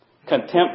Contempt